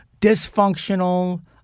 dysfunctional